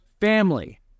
family